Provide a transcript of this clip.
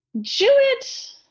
Jewett